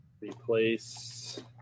replace